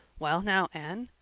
well now, anne,